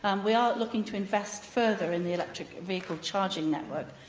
um we are looking to invest further in the electric vehicle charging network.